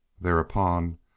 Thereupon